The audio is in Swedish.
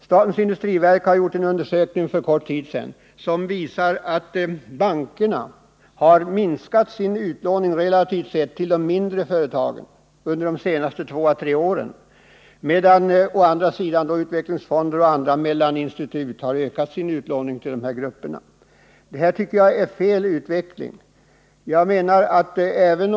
Statens industriverk gjorde för en kort tid sedan en undersökning, som visar att bankerna har minskat sin utlåning relativt sett till de mindre företagen under de senaste två tre åren, medan å andra sidan utvecklingsfonderna och mellaninstitut har ökat sin utlåning till denna grupp. Detta tycker jag är en felaktig utveckling.